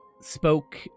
spoke